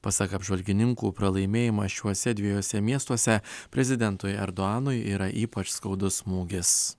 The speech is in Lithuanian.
pasak apžvalgininkų pralaimėjimą šiuose dviejuose miestuose prezidentui erdoanui yra ypač skaudus smūgis